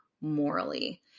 morally